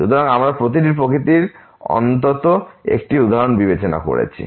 সুতরাং আমরা প্রতিটি প্রকৃতির অন্তত 1 টি উদাহরণ বিবেচনা করেছি